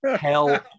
Hell